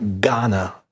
Ghana